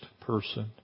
person